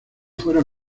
fueron